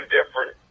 different